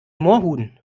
moorhuhn